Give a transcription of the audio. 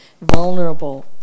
vulnerable